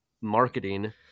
marketing